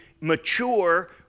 mature